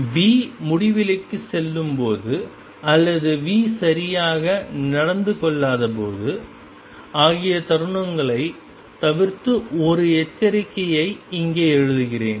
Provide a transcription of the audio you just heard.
V முடிவிலிக்குச் செல்லும் போது அல்லது V சரியாக நடந்து கொள்ளாதபோது ஆகிய தருணங்களை தவிர்த்து ஒரு எச்சரிக்கையை இங்கே எழுதுகிறேன்